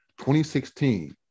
2016